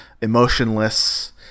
emotionless